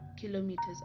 kilometers